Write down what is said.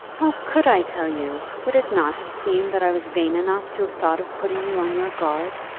how could i tell you? would it not have seemed that i was vain enough to have thought of putting you on your guard?